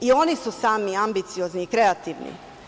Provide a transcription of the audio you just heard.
I oni su sami ambiciozni i kreativni.